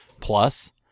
plus